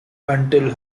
until